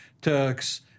Turks